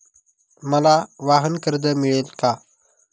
मला वाहनकर्ज मिळेल का?